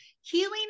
healing